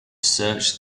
search